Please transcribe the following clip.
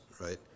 right